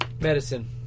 Medicine